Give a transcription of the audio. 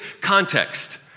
context